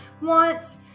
want